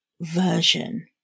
version